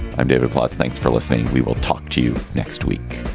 i'm david plotz. thanks for listening. we will talk to you next week